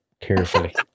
carefully